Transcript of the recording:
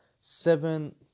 seven